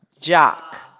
Jock